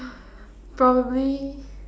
probably